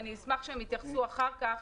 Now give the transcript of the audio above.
אני אשמח שהם יתייחסו אחר כך.